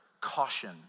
caution